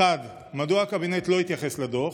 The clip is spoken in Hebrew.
רצוני לשאול: 1. מדוע הקבינט לא התייחס לדוח?